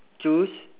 choose